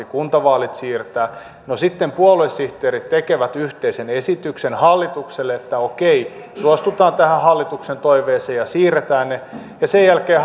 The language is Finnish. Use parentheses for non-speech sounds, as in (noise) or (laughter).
(unintelligible) kuntavaalit siirtää no sitten puoluesihteerit tekevät yhteisen esityksen hallitukselle että okei suostutaan tähän hallituksen toiveeseen ja siirretään ne ja sen jälkeen (unintelligible)